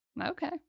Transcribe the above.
Okay